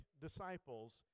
disciples